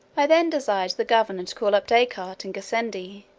i then desired the governor to call up descartes and gassendi,